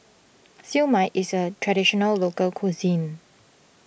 Siew Mai is a Traditional Local Cuisine